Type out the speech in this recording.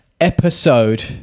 Episode